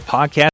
Podcast